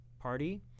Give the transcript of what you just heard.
party